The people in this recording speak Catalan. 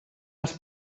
als